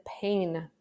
pain